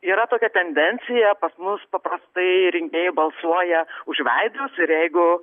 yra tokia tendencija pas mus paprastai rinkėjai balsuoja už veidus ir jeigu